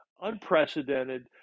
Unprecedented